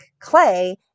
Clay